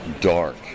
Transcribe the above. Dark